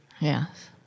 Yes